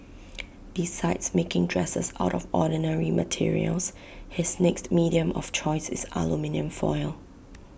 besides making dresses out of ordinary materials his next medium of choice is aluminium foil